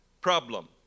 problem